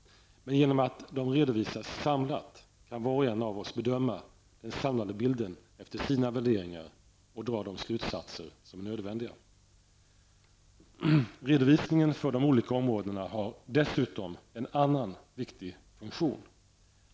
Men genom att de redovisas samlat kan var och en av oss bedöma den samlade bilden efter egna värderingar, och dra de slutsatser som är nödvändiga. Redovisningen för de olika områdena har dessutom en annan viktig funktion.